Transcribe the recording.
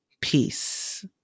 peace